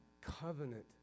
Covenant